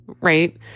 right